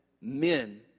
men